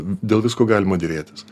dėl visko galima derėtis